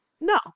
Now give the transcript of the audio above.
no